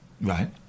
right